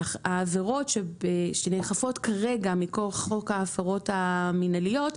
העבירות שנאכפות כרגע מכוח חוק ההפרות המינהליות,